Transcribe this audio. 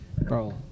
bro